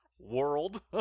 World